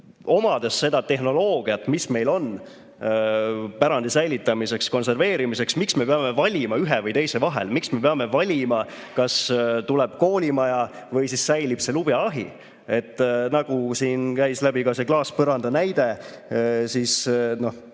omades seda tehnoloogiat, mis meil on pärandi säilitamiseks ja konserveerimiseks, miks me peame valima ühe või teise vahel. Miks me peame valima, kas tuleb koolimaja või säilib see lubjaahi? Siin käis läbi see klaaspõranda näide, selles